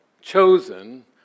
chosen